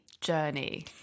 journey